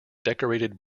decorated